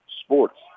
sports